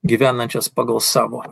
gyvenančias pagal savo